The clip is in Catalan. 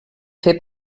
fer